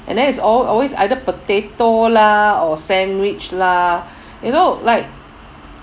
and then it's alw~ always either potato lah or sandwich lah you know like